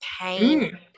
pain